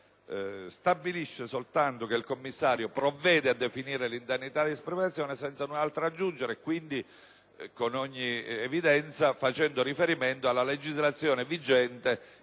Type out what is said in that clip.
stabilisce soltanto che il commissario delegato provvede a definire l'indennità di espropriazione senza altro aggiungere, quindi con ogni evidenza facendo riferimento alla legislazione vigente